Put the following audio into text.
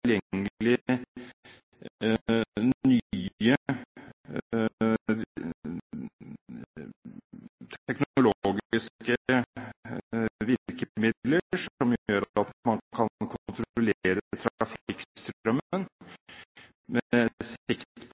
nye teknologiske virkemidler som gjør at man kan kontrollere